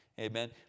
amen